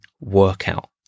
workout